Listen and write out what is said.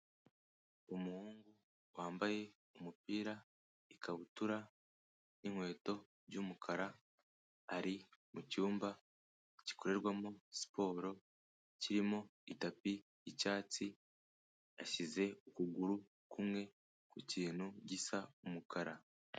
Umuhungu wambaye umupira, ikabutura n'inkweto by'umukara, ari mu cyumba gikorerwamo siporo, kirimo itapi y'icyatsi, ashyize ukuguru kumwe ku kintu gisa umukara.